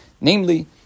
namely